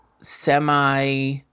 semi